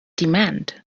demand